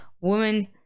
woman